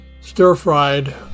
Stir-fried